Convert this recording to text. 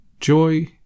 Joy